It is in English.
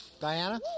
Diana